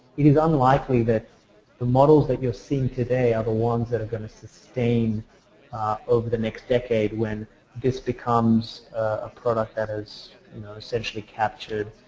it is unlikely that the models that you have seen today have a ones that are going to sustain over the next decade when this becomes a product that has, you know, essentially captured,